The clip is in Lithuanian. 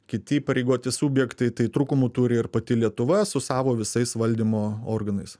kiti įpareigoti subjektai tai trūkumų turi ir pati lietuva su savo visais valdymo organais